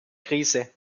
krise